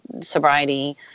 sobriety